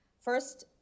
First